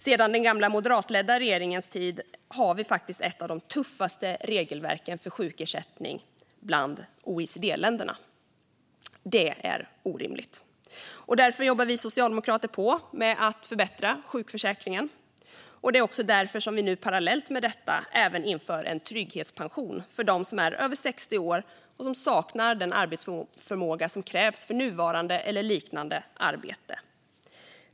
Sedan den gamla moderatledda regeringens tid har Sverige faktiskt ett av de tuffaste regelverken för sjukersättning bland OECD-länderna. Det är orimligt. Därför jobbar vi socialdemokrater på med att förbättra sjukförsäkringen, och det är också därför som vi nu parallellt med detta även inför en trygghetspension för dem som är över 60 år och som saknar den arbetsförmåga som krävs för nuvarande eller liknande arbete.